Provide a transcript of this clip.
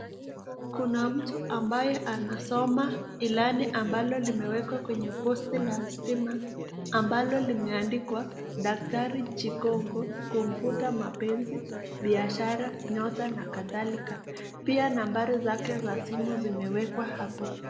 Kuna mtu ambaye anasoma ilani ambalo limewekwa kwenye posti la stima ambalo limeandikwa daktari Chikonko, kumvuta mapenzi, biashara, nyota na kadhalika. Pia nambari zake za simu zimewekwa hapo.